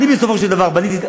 אני, בסופו של דבר, בניתי,